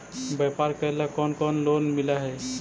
व्यापार करेला कौन कौन लोन मिल हइ?